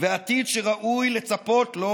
ועתיד שראוי לצפות לו,